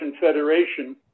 Federation